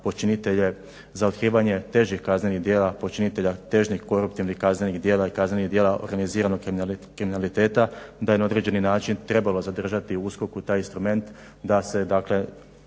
počinitelje, za otkrivanje težih kaznenih djela počinitelja težih koruptivnih kaznenih djela i kaznenih djela organiziranog kriminaliteta da je na određeni način trebalo zadržati u USKOK-u taj instrument da se dakle